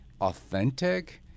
authentic